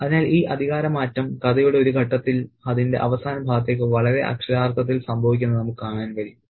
അതിനാൽ ഈ അധികാരമാറ്റം കഥയുടെ ഒരു ഘട്ടത്തിൽ അതിന്റെ അവസാന ഭാഗത്തേക്ക് വളരെ അക്ഷരാർത്ഥത്തിൽ സംഭവിക്കുന്നത് നമുക്ക് കാണാൻ കഴിയും